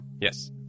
Yes